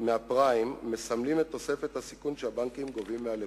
מהפריים מסמלים את תוספת הסיכון שהבנקים גובים מהלקוחות.